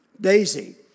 Daisy